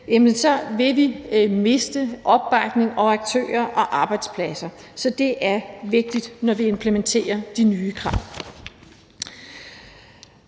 vil vi miste opbakning, aktører og arbejdspladser. Så det er vigtigt, når vi implementerer de nye krav.